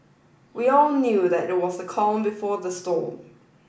we all knew that it was the calm before the storm